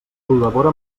col·labora